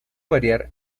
variar